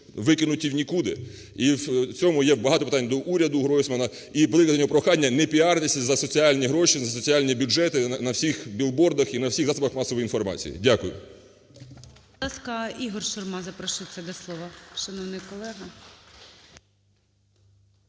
викинуті в нікуди. І в цьому є багато питань до уряду Гройсмана. І велике прохання не піаритися за соціальні гроші, за соціальні бюджети на всіх біг-бордах і всіх засобах масової інформації. Дякую.